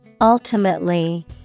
Ultimately